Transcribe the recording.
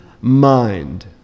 mind